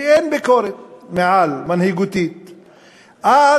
כי אין ביקורת מנהיגותית מעל.